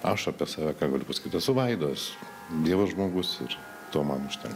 aš apie save ką galiu pasakyt esu vaidos dievo žmogus ir to man užtenka